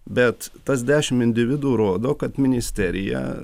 bet tas dešimt individų rodo kad ministerija